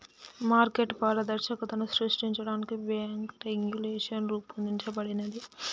market పారదర్శకతను సృష్టించడానికి bank regulation రూపొందించబడినాది